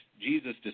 Jesus